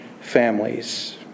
families